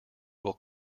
will